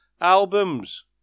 albums